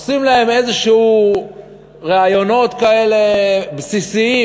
עושים להם איזה ראיונות כאלה בסיסיים.